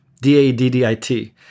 D-A-D-D-I-T